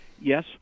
Yes